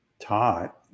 taught